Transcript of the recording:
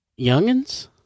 youngins